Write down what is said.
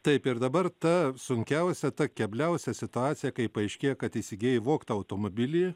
taip ir dabar ta sunkiausia ta kebliausia situacija kai paaiškėja kad įsigijai vogtą automobilį